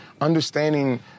understanding